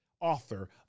author